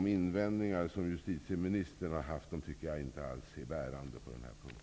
De invändningar som justitieministern har haft är inte bärande på den punkten.